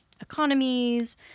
economies